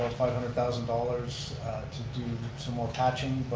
five hundred thousand dollars to do some more patching,